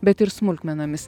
bet ir smulkmenomis